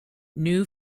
new